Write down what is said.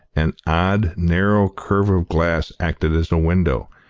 an odd, narrow curve of glass acted as a window,